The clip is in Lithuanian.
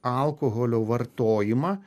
alkoholio vartojimą